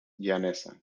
llaneza